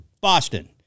Boston